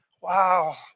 Wow